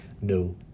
no